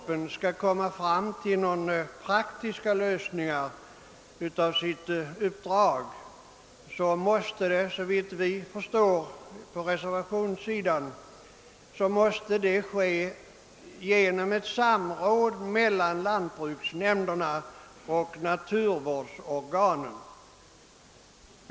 Om den skall komma fram till några praktiska lösningar som resultat av sitt arbete, måste det, såvitt reservanterna förstår, ske ett samråd mellan lantbruksnämnderna och naturvårdsorganen.